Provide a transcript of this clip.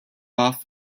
off